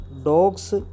Dogs